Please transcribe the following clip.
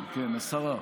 כן, השרה.